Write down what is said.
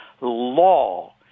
law